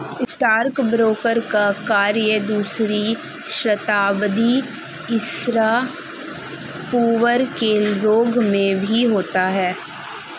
stockbroker का कार्य दूसरी शताब्दी ईसा पूर्व के रोम में भी होता था